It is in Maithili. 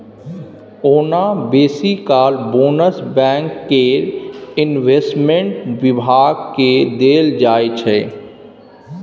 ओना बेसी काल बोनस बैंक केर इंवेस्टमेंट बिभाग केँ देल जाइ छै